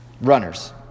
Runners